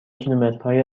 کیلومترهای